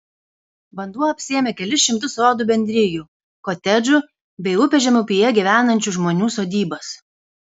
vanduo apsėmė kelis šimtus sodų bendrijų kotedžų bei upės žemupyje gyvenančių žmonių sodybas